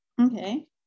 Okay